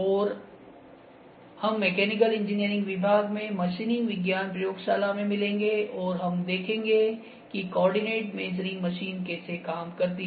और हम mechanical engineering विभाग में मशीनिंग विज्ञान प्रयोगशाला में मिलेंगे और हम देखेंगे कि कोआर्डिनेट मेजरिंग मशीन कैसे काम करती है